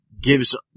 gives